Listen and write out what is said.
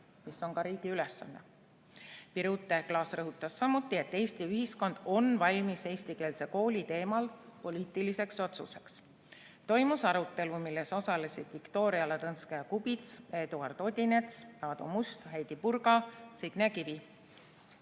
mis on ka riigi ülesanne. Birute Klaas toonitas samuti, et Eesti ühiskond on valmis eestikeelse kooli teemal poliitiliseks otsuseks. Toimus arutelu, milles osalesid Viktoria Ladõnskaja-Kubits, Eduard Odinets, Aadu Must, Heidy Purga ja Signe Kivi.